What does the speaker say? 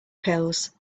pills